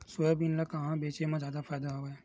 Soybean ल कहां बेचे म जादा फ़ायदा हवय?